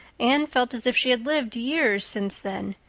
anne felt as if she had lived years since then,